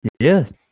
Yes